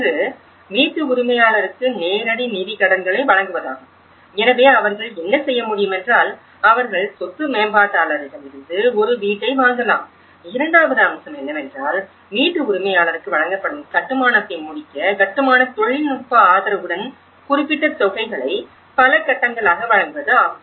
ஒன்று வீட்டு உரிமையாளருக்கு நேரடி நிதி கடன்களை வழங்குவதாகும் எனவே அவர்கள் என்ன செய்ய முடியும் என்றால் அவர்கள் சொத்து மேம்பாட்டாளரிடமிருந்து ஒரு புதிய வீட்டை வாங்கலாம் இரண்டாவது அம்சம் என்னவென்றால் வீட்டு உரிமையாளருக்கு வழங்கப்படும் கட்டுமானத்தை முடிக்க கட்டுமானத் தொழில்நுட்ப ஆதரவுடன் குறிப்பிட்ட தொகைகளை பல கட்டங்களாக வழங்குவது ஆகும்